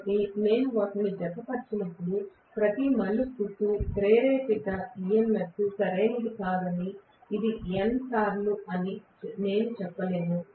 కాబట్టి నేను వాటిని జతపరచినప్పుడు ప్రతి మలుపుకు ప్రేరేపించే EMF సరైనది కాదని ఇది N సార్లు అని నేను చెప్పలేను